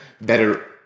better